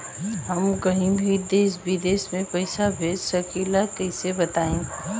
हम कहीं भी देश विदेश में पैसा भेज सकीला कईसे बताई?